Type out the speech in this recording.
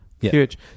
Huge